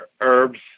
herbs